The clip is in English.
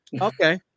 Okay